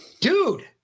dude